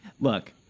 look